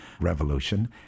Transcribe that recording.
revolution